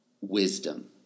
wisdom